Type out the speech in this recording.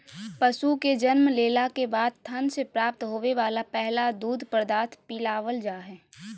पशु के जन्म लेला के बाद थन से प्राप्त होवे वला पहला दूध पदार्थ पिलावल जा हई